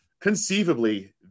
Conceivably